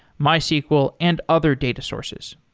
mysql and other data sources.